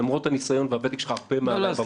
למרות הניסיון והוותק שלך הרבה מעליי במקום הזה.